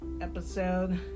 episode